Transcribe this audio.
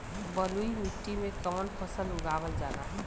बलुई मिट्टी में कवन फसल उगावल जाला?